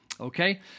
Okay